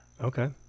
okay